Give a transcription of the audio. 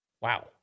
Wow